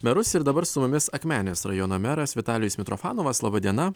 merus ir dabar su mumis akmenės rajono meras vitalijus mitrofanovas laba diena